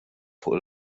fuq